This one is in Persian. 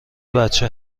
بچه